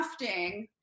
crafting